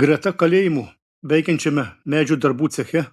greta kalėjimo veikiančiame medžio darbų ceche